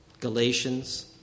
Galatians